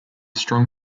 strong